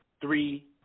three